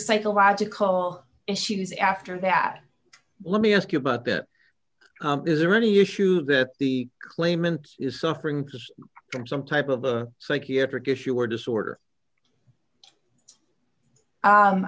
psychological issues after that let me ask you about that is there any issue that the claimant is suffering from some type of a psychiatric issue or disorder